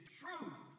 truth